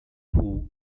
who